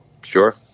sure